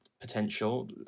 potential